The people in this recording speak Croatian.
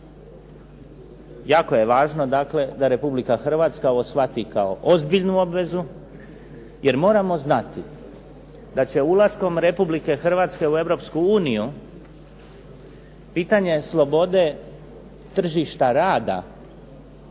Jako je važno dakle da Republika Hrvatska ovo shvati kao ozbiljnu obvezu, jer moramo znati da će ulaskom Republike Hrvatske u Europsku uniju pitanje slobode tržišta rada